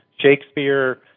Shakespeare